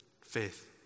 faith